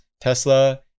Tesla